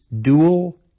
dual